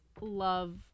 love